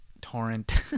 torrent